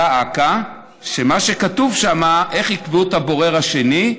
דא עקא, מה כתוב שם, איך יקבעו את הבורר השני?